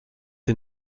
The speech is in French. est